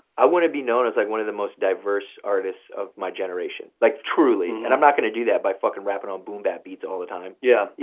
i wanna be known as like one of most diverse artists of my generation, like truly. and i'm not gonna do that by fucking rappin' on boom-bat beats all the time. yeah, it